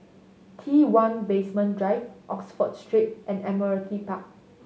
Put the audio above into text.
T One Basement Drive Oxford Street and Admiralty Park